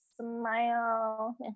Smile